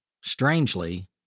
Strangely